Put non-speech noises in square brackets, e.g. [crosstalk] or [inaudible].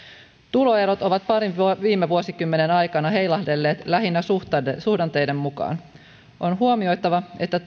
tuloerot ovat parin viime vuosikymmenen aikana heilahdelleet lähinnä suhdanteiden suhdanteiden mukaan on huomioitava että [unintelligible]